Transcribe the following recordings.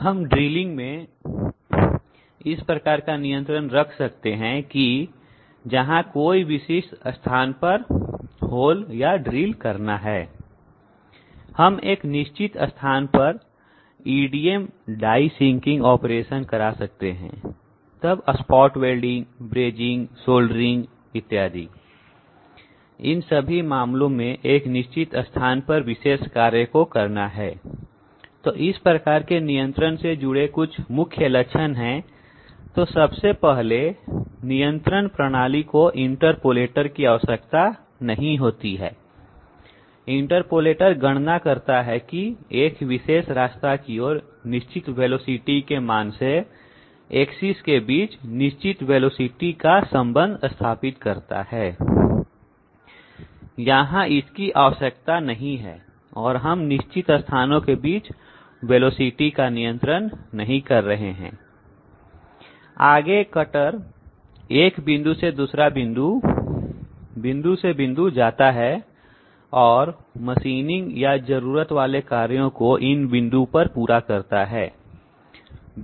हम ड्रिलिंग में इस प्रकार का नियंत्रण रख सकते हैं जहां कोई विशिष्ट स्थान पर होल ड्रिल करना है हम एक निश्चित स्थान पर EDM डाई सिंकिंग ऑपरेशन करा सकते हैं तब स्पॉट वेल्डिंग ब्रेजिंग सोल्डरिंग इत्यादि इन सभी मामलों में एक निश्चित स्थान पर विशेष कार्य को करना है तो इस प्रकार के नियंत्रण से जुड़े कुछ मुख्य लक्षण हैं सबसे पहले नियंत्रण प्रणाली को इंटरपोलेटर की आवश्यकता नहीं होती है इंटरपोलेटर गणना करता है और एक विशेष रास्ता की ओर निश्चित वेग के मान से एक्सीस के बीच निश्चित वेग संबंध स्थापित करता है यहां इसकी आवश्यकता नहीं है और हम निश्चित स्थानों के बीच वेग नियंत्रण नहीं कर रहे हैं आगे कटर 1 बिंदु से दूसरा बिंदु बिंदु से बिंदु जाता है और मशीनिंग या जरूरत वाले कार्यों को इन बिंदु पर पूरा करता है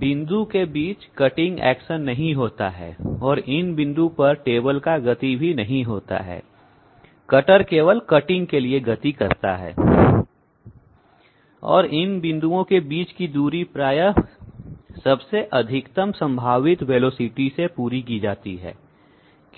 बिंदु के बीच कटिंग एक्शन नहीं होता है और इन बिंदु पर टेबल का गति नहीं होता है कटर केवल कटिंग के लिए गति करता है और इन बिंदुओं के बीच की दूरी प्राय सबसे अधिकतम संभावित वेग से पूरी की जाती है क्यों